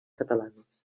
catalanes